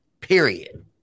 period